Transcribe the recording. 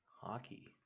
Hockey